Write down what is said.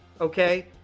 Okay